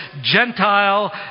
Gentile